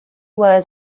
was